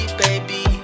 baby